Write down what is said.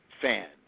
fan